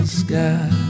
sky